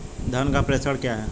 धन का प्रेषण क्या है?